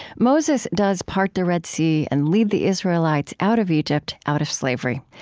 moses does part the red sea and lead the israelites out of egypt, out of slavery.